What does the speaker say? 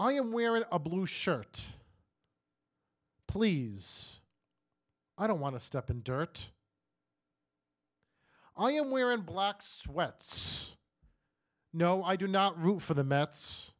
i am wearing a blue shirt please i don't want to step in dirt i am we are in block sweats no i do not root for the mets